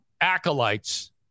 acolytes